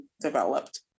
developed